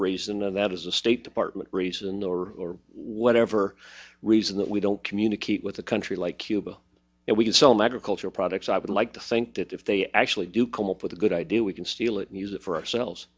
and that is a state department reason or whatever reason that we don't communicate with a country like cuba and we can sell negra cultural products i would like to think that if they actually do come up with a good idea we can steal it and use it for ourselves